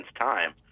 time